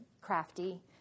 crafty